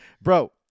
Bro